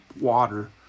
water